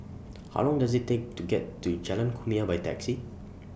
How Long Does IT Take to get to Jalan Kumia By Taxi